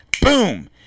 Boom